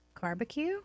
barbecue